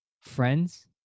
Friends